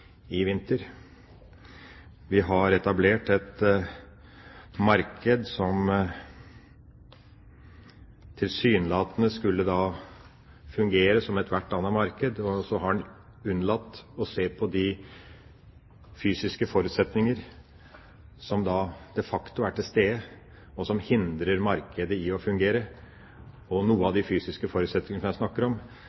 i vinter. Vi har etablert et marked som tilsynelatende skulle fungere som ethvert annet marked, og så har en unnlatt å se på de fysiske forutsetninger som de facto er til stede, og som hindrer markedet i å fungere. Noe av